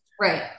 Right